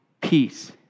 peace